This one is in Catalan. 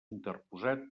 interposat